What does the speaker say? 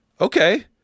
Okay